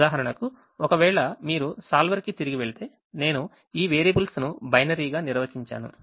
ఉదాహరణకు ఒకవేళ మీరు solver కి తిరిగి వెళితే నేను ఈ వేరియబుల్స్ ను బైనరీగా నిర్వచించాను